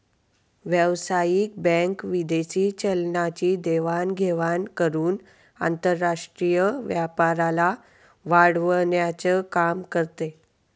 व्यावसायिक बँक विदेशी चलनाची देवाण घेवाण करून आंतरराष्ट्रीय व्यापाराला वाढवण्याचं काम करते